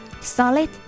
solid